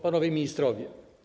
Panowie Ministrowie!